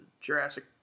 Jurassic